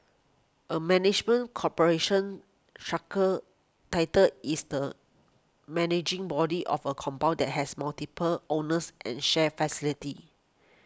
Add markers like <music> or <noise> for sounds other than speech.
a management corporation <unintelligible> title is the managing body of a compound that has multiple owners and shared facilities